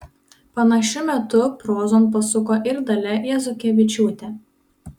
panašiu metu prozon pasuko ir dalia jazukevičiūtė